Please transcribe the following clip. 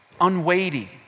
unweighty